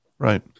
Right